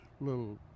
little